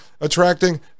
attracting